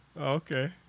Okay